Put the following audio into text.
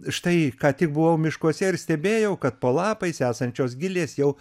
štai ką tik buvau miškuose ir stebėjau kad po lapais esančios gilės jau